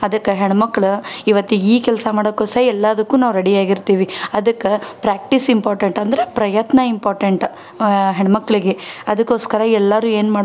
ಅದಕ್ಕೆ ಹೆಣ್ಮಕ್ಳು ಈವತ್ತಿಗೆ ಈ ಕೆಲಸ ಮಾಡೋಕ್ಕೂ ಸೈ ಎಲ್ಲದಕ್ಕೂ ನಾವು ರೆಡಿ ಆಗಿರ್ತೀವಿ ಅದಕ್ಕೆ ಪ್ರ್ಯಾಕ್ಟೀಸ್ ಇಂಪಾರ್ಟೆಂಟ್ ಅಂದರೆ ಪ್ರಯತ್ನ ಇಂಪಾರ್ಟೆಂಟ್ ಹೆಣ್ಮಕ್ಕಳಿಗೆ ಅದಕ್ಕೋಸ್ಕರ ಎಲ್ಲರೂ ಏನು ಮಾಡೋಣ